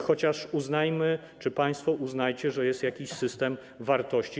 Chociaż uznajmy czy państwo uznajcie, że jest jakiś system wartości.